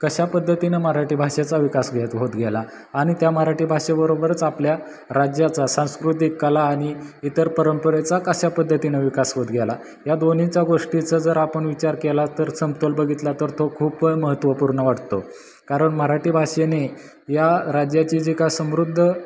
कशा पद्धतीनं मराठी भाषेचा विकास घे होत गेला आणि त्या मराठी भाषेबरोबरच आपल्या राज्याचा सांस्कृतिक कला आणि इतर परंपरेचा कशा पद्धतीनं विकास होत गेला या दोन्हीच्या गोष्टीचा जर आपण विचार केला तर समतोल बघितला तर तो खूप महत्त्वपूर्ण वाटतो कारण मराठी भाषेने या राज्याची जी काय समृद्ध